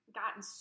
gotten